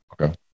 Okay